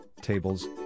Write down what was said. tables